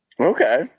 Okay